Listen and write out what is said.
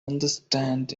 understand